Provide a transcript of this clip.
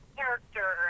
character